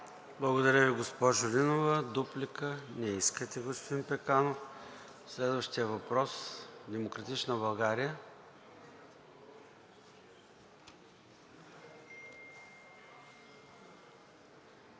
Благодаря Ви, госпожо Нинова. Дуплика? Не искате, господин Пеканов. Следващия въпрос е от „Демократична България“.